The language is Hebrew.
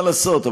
מה לעשות,